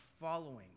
following